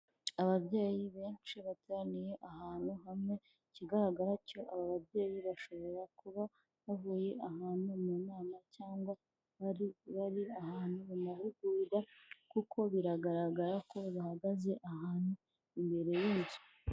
Ababyeyi benshi bateraniye ahantu hamwe, ikigaragara cyo aba babyeyi bashobora kuba bavuye ahantu mu nama cyangwa bari, bari ahantu mu mahugura kuko biragaragara ko bahagaze ahantu imbere y'inzu.